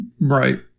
Right